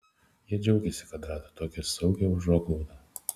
jie džiaugiasi kad rado tokią saugią užuoglaudą